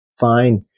fine